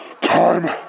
Time